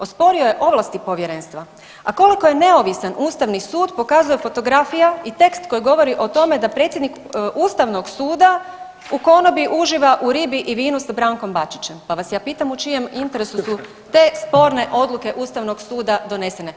Osporio je ovlasti Povjerenstva, a koliko je neovisan Ustavni sud pokazuje fotografija i tekst koji govori o tome da predsjednik Ustavnog suda u konobi uživa u ribi i vinu sa Brankom Bačićem pa vas ja pitam u čijem interesu su te sporne odluke Ustavnog suda donesene?